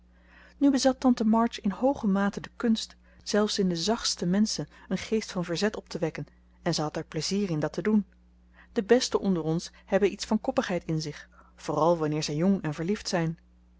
nu bezat tante march in hooge mate de kunst zelfs in de zachtste menschen een geest van verzet op te wekken en ze had er plezier in dat te doen de besten onder ons hebben iets van koppigheid in zich vooral wanneer zij jong en verliefd zijn